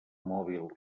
mòbil